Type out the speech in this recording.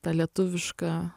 ta lietuviška